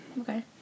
Okay